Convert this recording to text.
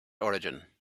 origin